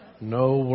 No